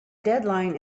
deadline